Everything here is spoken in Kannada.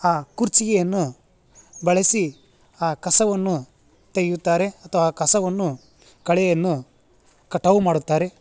ಆ ಕುರ್ಜಿಗಿಯನ್ನು ಬಳಸಿ ಆ ಕಸವನ್ನು ತೆಗೆಯುತ್ತಾರೆ ಅಥ್ವಾ ಆ ಕಸವನ್ನು ಕಳೆಯನ್ನು ಕಟಾವು ಮಾಡುತ್ತಾರೆ